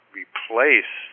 replace